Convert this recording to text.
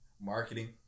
Marketing